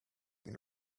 been